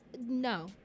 no